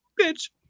Bitch